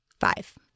Five